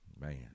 Man